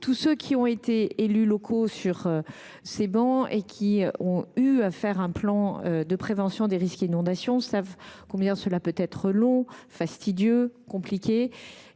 Tous ceux qui ont été élus locaux et qui ont eu à élaborer un plan de prévention des risques d’inondation (PPRI) savent combien cela peut être long, fastidieux et compliqué.